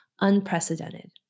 unprecedented